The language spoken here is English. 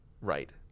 Right